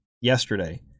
yesterday